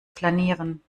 flanieren